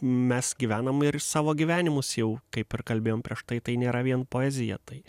mes gyvenam ir savo gyvenimus jau kaip ir kalbėjom prieš tai tai nėra vien poezija tai